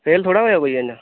fail थोह्ड़ा होएआ कोई अजें